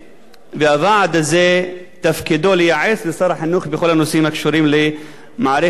והוועד הזה תפקידו לייעץ לשר החינוך בכל הנושאים הקשורים למערכת החינוך.